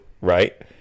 right